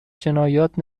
جنایت